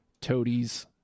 Toadies